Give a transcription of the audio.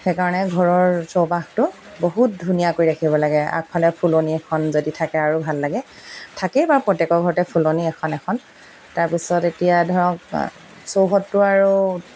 সেইকাৰণে ঘৰৰ চৌপাশটো বহুত ধুনীয়াকৈ ৰাখিব লাগে আগফালে ফুলনি এখন যদি থাকে আৰু ভাল লাগে থাকেই বাৰু প্ৰত্যেকৰ ঘৰতে ফুলনি এখন এখন তাৰপিছত এতিয়া ধৰক চৌহদটো আৰু